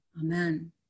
Amen